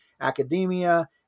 academia